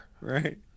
Right